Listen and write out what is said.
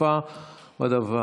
צופה בדבר.